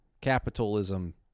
Capitalism